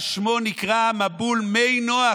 על שמו נקרא המבול "מי נוח",